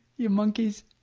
ya monkeys.